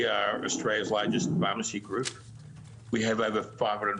אנחנו קבוצת בתי המרקחת הגדולה ביותר באוסטרליה.